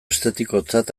estetikotzat